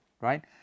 right